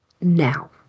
now